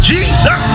Jesus